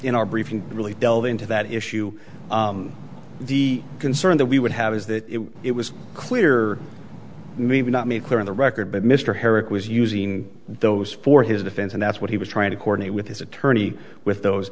in our briefing really delve into that issue the concern that we would have is that it was clear maybe not made clear in the record but mr herrick was using those for his defense and that's what he was trying to coordinate with his attorney with those